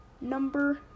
number